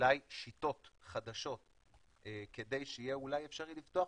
אולי שיטות חדשות כדי שיהיה אפשרי לפתוח